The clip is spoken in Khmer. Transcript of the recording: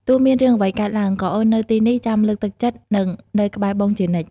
ទោះមានរឿងអ្វីកើតឡើង ក៏អូននៅទីនេះចាំលើកទឹកចិត្ត និងនៅក្បែរបងជានិច្ច។